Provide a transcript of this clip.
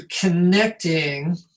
connecting